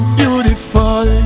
beautiful